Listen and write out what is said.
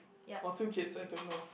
or two kids I don't know